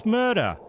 murder